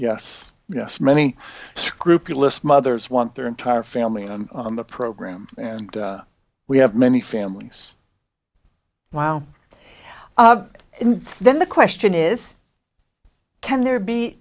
yes yes many scrupulous mothers want their entire family on on the program and we have many families wow and then the question is can there be